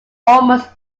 almost